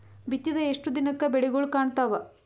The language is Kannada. ಬಿತ್ತಿದ ಎಷ್ಟು ದಿನಕ ಬೆಳಿಗೋಳ ಕಾಣತಾವ?